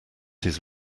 his